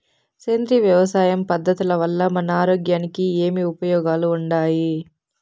సేంద్రియ వ్యవసాయం పద్ధతుల వల్ల మన ఆరోగ్యానికి ఏమి ఉపయోగాలు వుండాయి?